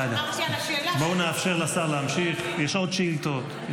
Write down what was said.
די, די, בואו נאפשר לשר להמשיך, יש עוד שאילתות.